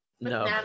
No